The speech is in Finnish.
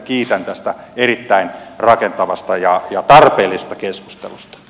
kiitän tästä erittäin rakentavasta ja tarpeellisesta keskustelusta